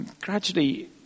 Gradually